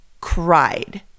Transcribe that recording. cried